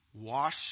Wash